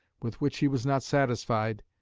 with which he was not satisfied,